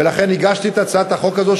ולכן הגשתי את הצעת החוק הזאת,